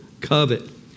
covet